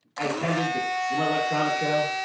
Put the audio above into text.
i've attended the consumer electronics show.